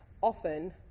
often